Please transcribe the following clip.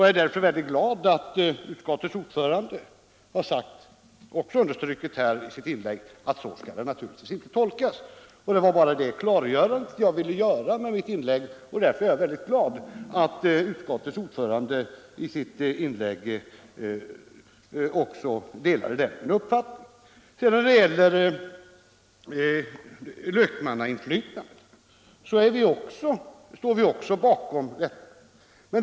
Därför är jag mycket glad över att utskottets ordförande sade att så skall det naturligtvis inte tolkas. Det var bara detta klarläggande jag ville göra med mitt inlägg, och jag är som sagt glad över att utskottets ordförande där delar min uppfattning. Även när det gäller lekmannainflytandet står vi bakom förslaget.